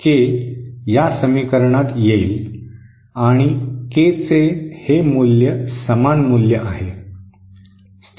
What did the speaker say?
के या समीकरणात येईल आणि के चे हे मूल्य समान मूल्य आहे